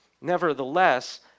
Nevertheless